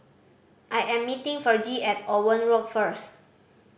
I am meeting Vergie at Owen Road first